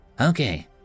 Okay